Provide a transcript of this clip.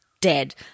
dead